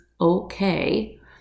okay